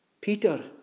Peter